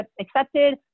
accepted